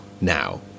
now